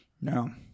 No